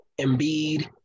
Embiid